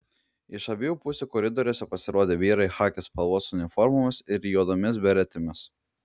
iš abiejų pusių koridoriuose pasirodė vyrai chaki spalvos uniformomis ir juodomis beretėmis